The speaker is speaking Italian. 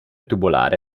tubolare